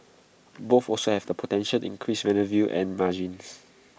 both also have the potential increase revenue and margins